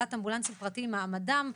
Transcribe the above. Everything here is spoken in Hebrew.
הפעלת אמבולנסים פרטיים - מעמדם,